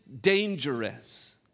dangerous